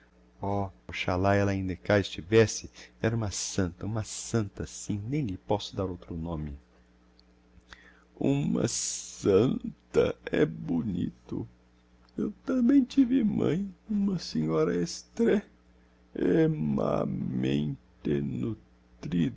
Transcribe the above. anjo oh oxalá ella ainda cá estivesse era uma santa uma santa sim nem lhe posso dar outro nome uma s anta é bonito eu tambem tive mãe uma senhora extrê